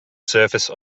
surface